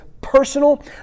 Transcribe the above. personal